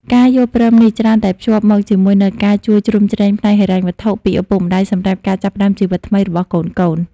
ការយល់ព្រមនេះច្រើនតែភ្ជាប់មកជាមួយនូវការជួយជ្រោមជ្រែងផ្នែកហិរញ្ញវត្ថុពីឪពុកម្ដាយសម្រាប់ការចាប់ផ្តើមជីវិតថ្មីរបស់កូនៗ។